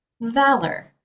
valor